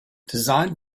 designed